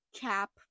Cap